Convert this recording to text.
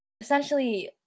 essentially